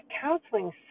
counseling